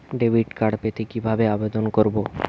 Debit card পেতে কিভাবে আবেদন করব?